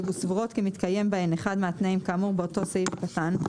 וסבורות כי מתקיים בהן אחד מהתנאים כאמור באותו סעיף קטן,